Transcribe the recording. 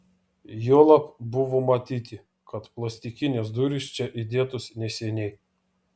juolab buvo matyti kad plastikinės durys čia įdėtos neseniai